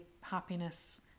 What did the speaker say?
happiness